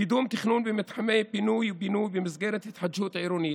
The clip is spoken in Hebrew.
קידום תכנון במתחמי פינוי-בינוי במסגרת התחדשות עירונית,